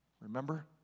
Remember